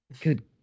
Good